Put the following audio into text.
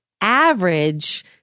average